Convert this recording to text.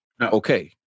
Okay